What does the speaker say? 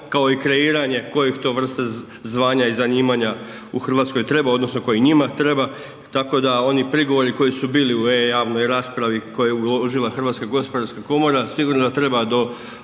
kao i kreiranje kojih to vrsta zvanja i zanimanja treba odnosno koji njima treba. Tako da oni prigovori koji su bili u e-javnoj raspravi koja je uložila HGK sigurno treba do